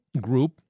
group